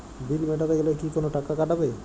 বিল মেটাতে গেলে কি কোনো টাকা কাটাবে?